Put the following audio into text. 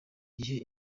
gihe